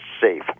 safe